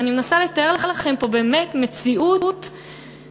ואני מנסה לתאר לכם פה באמת מציאות מדהימה,